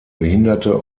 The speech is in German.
behinderte